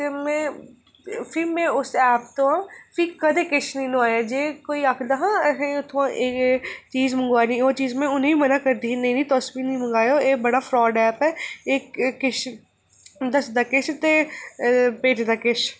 ते में फ्ही में उस ऐप तों कदें किश निं नुआया जे कोई आखदा कि इत्थुआं एह् चीज मंगोआनी ओह् चीज मंगोआनी में उ'नेंगी बी मना करदी ही एह् निं मंगाएओ एह् बड़ा फ्रॉड ऐप ऐ दसदा किश ते बेचदा किश